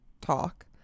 talk